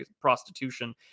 prostitution